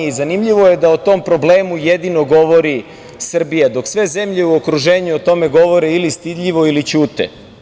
Zanimljivo je da o tom problemu jedino govori Srbija, dok sve zemlje u okruženju o tome govore ili stidljivo ili ćute.